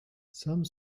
some